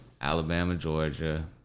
Alabama-Georgia